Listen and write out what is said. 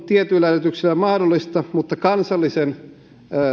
tietyillä edellytyksillä se on mahdollista ja kansallisen